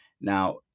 Now